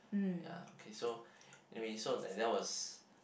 ya okay so anyway so like that was